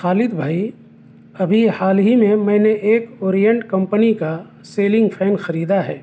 خالد بھائی ابھی حال میں ہی میں نے ایک اورینٹ کمپنی کا سیلنگ فین خریدا ہے